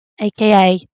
aka